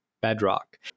Bedrock